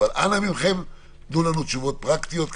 אנא מכם, תנו לנו תשובות פרקטיות.